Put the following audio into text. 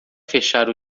fechar